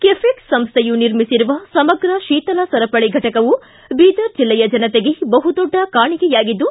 ಕೆಫೆಕ್ ಸಂಸೈಯು ನಿರ್ಮಿಸಿರುವ ಸಮಗ್ರ ಶೀತಲ ಸರಪಳಿ ಘಟಕವು ಬೀದರ ಜಿಲ್ಲೆಯ ಜನತೆಗೆ ಬಹುದೊಡ್ಡ ಕಾಣಿಕೆಯಾಗಿದ್ದು